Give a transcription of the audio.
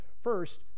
first